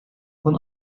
van